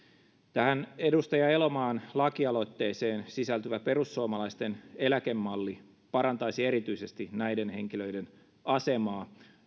tähän edustaja elomaan lakialoitteeseen sisältyvä perussuomalaisten eläkemalli parantaisi erityisesti näiden henkilöiden asemaa